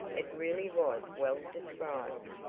it really was well described.